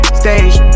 stage